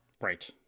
Right